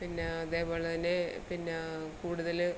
പിന്നെ അതേപോലെത്തന്നെ പിന്നെ കൂടുതൽ